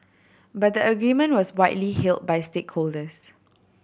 but the agreement was widely hailed by stakeholders